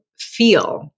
feel